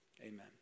amen